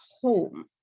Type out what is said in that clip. home